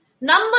Number